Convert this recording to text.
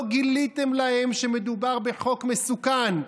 לא גיליתם להם שמדובר בחוק מסוכן.